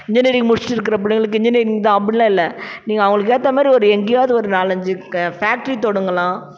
engineering முடிச்சிவிட்டு இருக்கிற பிள்ளைங்களுக்கு இன்ஜினியரிங் தான் அப்படிலா இல்லை நீங்கள் அவங்களுக்கு ஏற்ற மாதிரி ஒரு எங்கேயாவது ஒரு நாலஞ்சு ஃபேக்ட்ரி தொடங்கலாம்